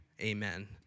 Amen